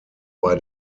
bei